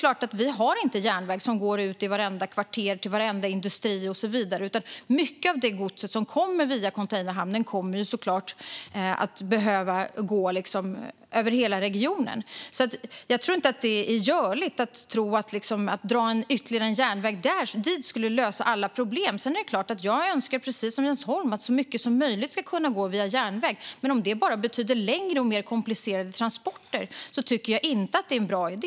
Det finns inte järnväg som går till varje kvarter eller varje industri, utan mycket av godset som kommer via containerhamnen kommer såklart att behöva gå över hela regionen. Det är inte görligt att tro att ytterligare en järnväg dit skulle lösa alla problem. Visst önskar jag, precis som Jens Holm, att så mycket som möjligt ska gå via järnväg. Men om det bara betyder längre och mer komplicerade transporter är det inte en bra idé.